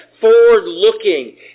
forward-looking